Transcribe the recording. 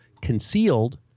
concealed